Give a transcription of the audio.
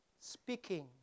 speaking